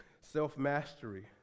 self-mastery